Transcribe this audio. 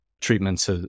treatments